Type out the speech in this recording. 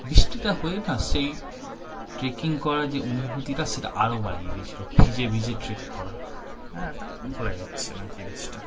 বৃষ্টিটা হয়ে না সেই ট্রেকিং করার যে অনুভূতিটা সেটা আরও বাড়িয়ে দিয়েছিল ভিজে ভিজে ট্রেক করা হ্যাঁ তাই ভোলা যাচ্ছে না জিনিসটা